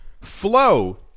Flow